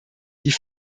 die